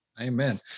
Amen